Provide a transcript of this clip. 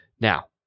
Now